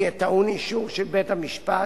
יהיה טעון אישור של בית-המשפט,